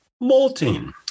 molting